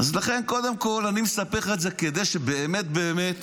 לכן, קודם כול, אני מספר לך את זה כדי שבאמת באמת